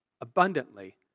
abundantly